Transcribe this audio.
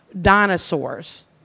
dinosaurs